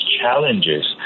challenges